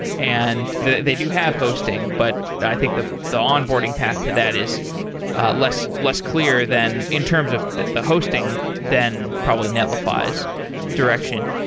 and they do have hosting, but i think the the on-boarding path to that is less less clear than in terms of the the hosting than probably netlify's direction.